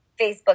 Facebook